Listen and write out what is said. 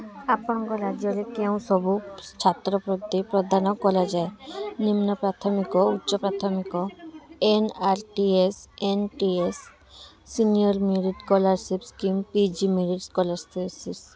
ଆପଣଙ୍କ ରାଜ୍ୟରେ କେଉଁ ସବୁ ଛାତ୍ର ବୃତ୍ତି ପ୍ରଦାନ କରାଯାଏ ନିମ୍ନ ପ୍ରାଥମିକ ଉଚ୍ଚ ପ୍ରାଥମିକ N R T S N T S senior merit scholarship scheme P G merit scholarship ସି ସ ସିପ